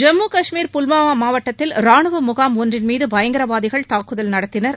ஜம்மு கஷ்மீர் புல்வாமா மாவட்டத்தில் ரானுவ முகாம் ஒன்றின் மீது பயங்கரவாதிகள் தாக்குதல் நடத்தினர்